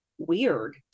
weird